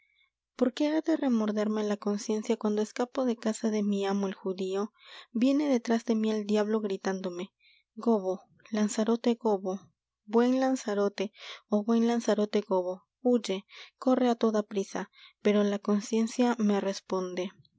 por qué ha de remorderme la conciencia cuando escapo de casa de mi amo el judío viene detras de mí el diablo gritándome gobbo lanzarote gobbo buen lanzarote ó buen lanzarote gobbo huye corre á toda prisa pero la conciencia me responde